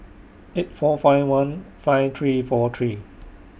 eight four five one five three four three